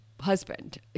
husband